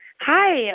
Hi